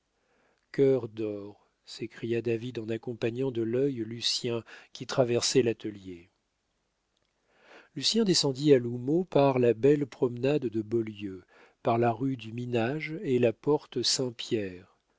cœur d'or s'écria david en accompagnant de l'œil lucien qui traversait l'atelier lucien descendit à l'houmeau par la belle promenade de beaulieu par la rue du minage et la porte saint pierre